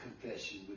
confession